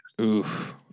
Oof